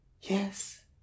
Yes